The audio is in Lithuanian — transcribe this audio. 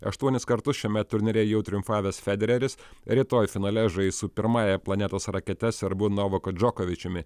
aštuonis kartus šiame turnyre jau triumfavęs federeris rytoj finale žais su pirmąja planetos rakete serbu novaku džokovičiumi